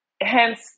Hence